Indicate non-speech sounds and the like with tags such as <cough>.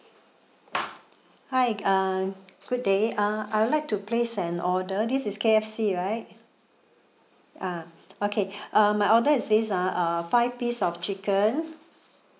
hi uh good day uh I would like to place an order this is K_F_C right ah okay <breath> uh my order is this ah five piece of chicken